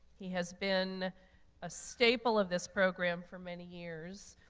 he has been a staple of this program for many years.